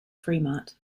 fremont